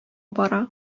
бара